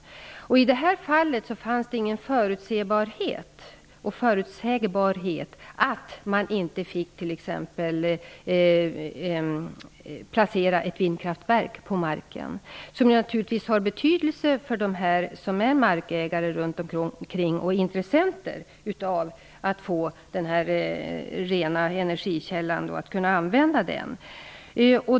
I detta fall fanns det ingen förutsägbarhet i fråga om placeringen av vindkraftverk, vilket naturligtvis har betydelse för de berörda markägarna och för dem som är intresserade av att kunna utnyttja denna rena energikälla.